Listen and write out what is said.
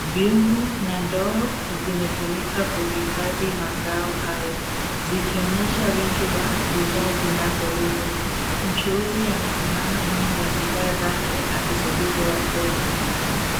Vyungu na ndoo zimetumika kuhifadhi mazao hayo, zikionyesha wingi wa bidhaa zinazouzwa. Mchuuzi anasimama nyuma ya bidhaa zake akisubiri wateja.